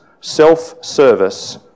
self-service